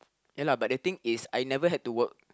ya lah but the thing is I never had to work